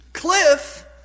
Cliff